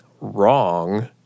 wrong